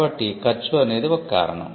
కాబట్టి ఖర్చు అనేది ఒక కారణం